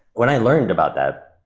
when i learned about that,